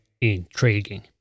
intriguing